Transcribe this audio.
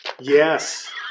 yes